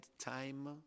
time